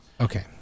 Okay